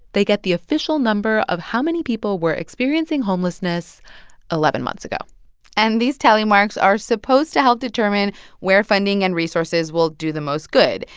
they get the official number of how many people were experiencing homelessness eleven months ago and these tally marks are supposed to help determine where funding and resources will do the most good.